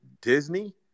disney